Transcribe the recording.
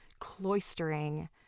cloistering